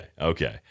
okay